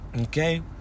Okay